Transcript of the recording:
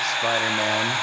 Spider-Man